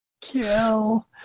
Kill